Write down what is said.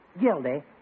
Gildy